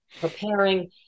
preparing